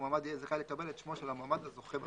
מועמד יהיה זכאי לקבל את שמו של המועמד הזוכה במכרז".